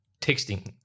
texting